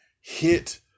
hit